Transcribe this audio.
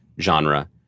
genre